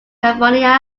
california